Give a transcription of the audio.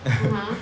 (uh huh)